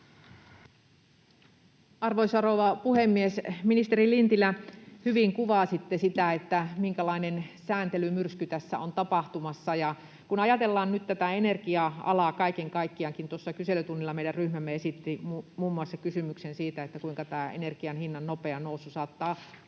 Arvoisa rouva puhemies! Ministeri Lintilä, hyvin kuvasitte sitä, minkälainen sääntelymyrsky tässä on tapahtumassa. Kun ajatellaan nyt tätä energia-alaa kaiken kaikkiaankin, niin tuossa kyselytunnilla meidän ryhmämme esitti muun muassa kysymyksen siitä, kuinka tämä energian hinnan nopea nousu saattaa